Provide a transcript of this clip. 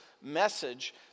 message